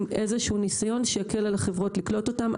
איזשהו ניסיון שיקל על החברות לקלוט אותם.